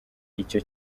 icyo